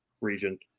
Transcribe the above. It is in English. region